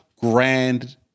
grand